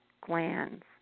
glands